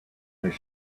their